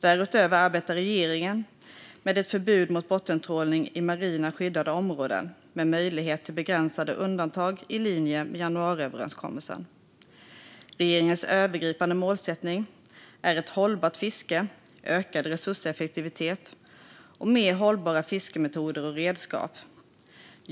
Därutöver arbetar regeringen med ett förbud mot bottentrålning i marina skyddade områden med möjligheter till begränsade undantag i linje med januariöverenskommelsen. Regeringens övergripande målsättning är ett hållbart fiske, ökad resurseffektivitet och mer hållbara fiskemetoder och redskap.